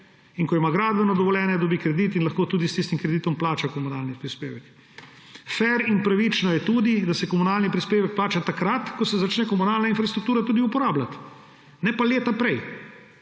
je. Ko ima gradbeno dovoljenje, dobi kredit in lahko tudi s tistim kreditom plača komunalni prispevek. Fer in pravično je tudi, da se komunalni prispevek plača takrat, ko se začne komunalna infrastruktura uporabljati, ne pa leta prej.